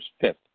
fifth